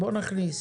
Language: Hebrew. בואי נכניס